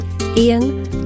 Ian